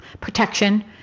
protection